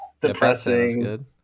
depressing